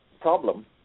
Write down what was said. problem